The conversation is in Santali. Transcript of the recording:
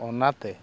ᱚᱱᱟᱛᱮ